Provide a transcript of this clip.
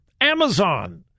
Amazon